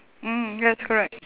mm yes correct